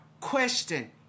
question